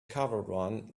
caravan